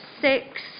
six